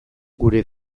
gure